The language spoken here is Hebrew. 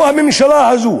או הממשלה הזו